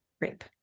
rape